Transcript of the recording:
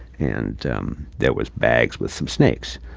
and um there was bags with some snakes.